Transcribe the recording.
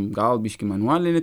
gal biški manualinė